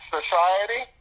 Society